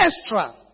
Extra